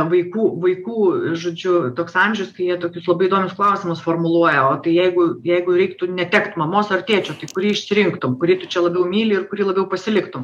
vaikų vaikų ir žodžiu toks amžius kai jie tokius labai įdomius klausimus formuluoja o tai jeigu jeigu reiktų netekt mamos ar tėčio tai kurį išsirinktum kurį tu čia labiau myli ir kurį labiau pasiliktum